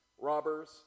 robbers